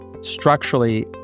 structurally